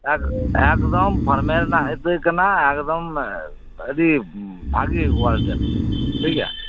ᱮᱠᱫᱚᱢ ᱯᱷᱟᱢᱮ ᱨᱮᱱᱟᱜ ᱤᱛᱟᱹ ᱠᱟᱱᱟ ᱮᱠᱫᱚᱢ ᱟᱹᱰᱤ ᱵᱷᱟᱹᱜᱤ ᱠᱳᱣᱟᱞᱤᱴᱤ ᱟᱨᱠᱤ ᱴᱷᱤᱠ ᱜᱮᱭᱟ